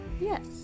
Yes